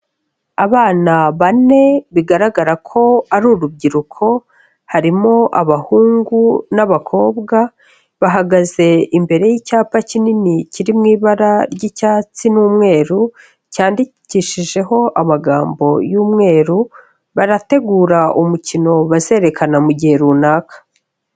Abana bane bigaragara ko ari urubyiruko, harimo abahungu n'abakobwa, bahagaze imbere y'icyapa kinini kiri mu ibara ry'icyatsi n'umweru, cyandikishijeho amagambo y'umweru, barategura umukino bazerekana mu gihe runaka.